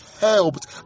helped